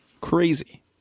crazy